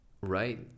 right